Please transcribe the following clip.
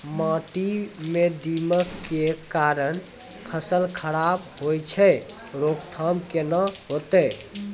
माटी म दीमक के कारण फसल खराब होय छै, रोकथाम केना होतै?